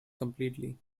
completely